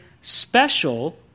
special